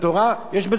לקרוא בספר תורה,